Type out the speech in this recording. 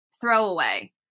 throwaway